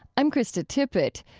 i'm krista tippett.